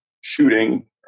shooting